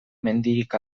mendirik